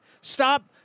Stop